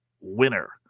winner